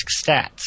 stats